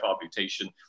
mutation